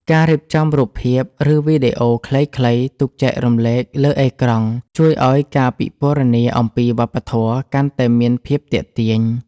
ការរៀបចំរូបភាព ឬវីដេអូខ្លីៗទុកចែករំលែកលើអេក្រង់ ជួយឱ្យការពិពណ៌នាអំពីវប្បធម៌កាន់តែមានភាពទាក់ទាញ។